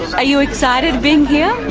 are you excited being here?